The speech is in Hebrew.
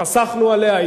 פסחנו עליה,